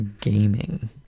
gaming